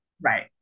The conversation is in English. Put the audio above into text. Right